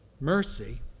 Mercy